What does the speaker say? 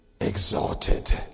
exalted